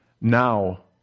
Now